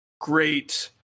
great